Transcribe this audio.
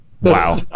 Wow